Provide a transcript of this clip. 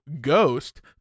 ghost